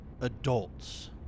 adults